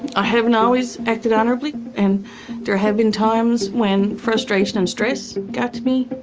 i haven't always acted honorably and their have been times when frustration and stress got to me.